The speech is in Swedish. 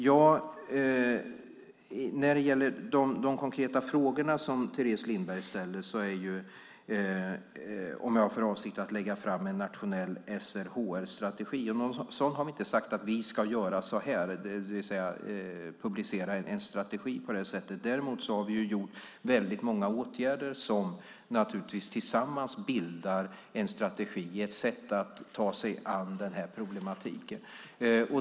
Teres Lindberg ställer två konkreta frågor. Den första är om jag har för avsikt att lägga fram en nationell SRHR-strategi. Vi har inte sagt att vi ska publicera en strategi på det sättet. Däremot har vi vidtagit många åtgärder som tillsammans bildar en strategi, ett sätt att ta sig an problematiken.